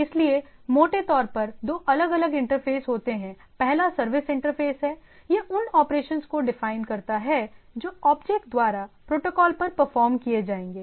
इसलिए मोटे तौर पर दो अलग अलग इंटरफेस होते हैं पहला सर्विस इंटरफेस है यह उन ऑपरेशंस को डिफाइन करता है जो ऑब्जेक्ट द्वारा प्रोटोकॉल पर परफॉर्म किए जाएंगे